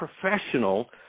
professional